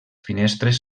finestres